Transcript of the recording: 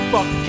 Fuck